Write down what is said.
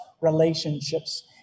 relationships